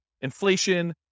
inflation